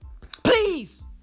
Please